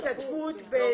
השתתפות בכך וכך?